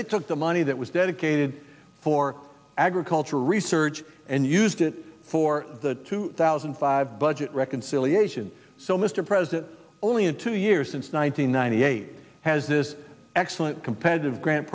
they took the money that was dedicated for agricultural research and used it for the two thousand and five budget reconciliation so mr president only in two years since one thousand nine hundred eight has this excellent competitive gran